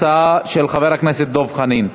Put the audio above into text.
הצעה של חבר הכנסת דב חנין.